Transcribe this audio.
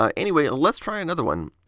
um anyway, let's try another one.